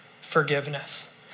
forgiveness